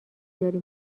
داری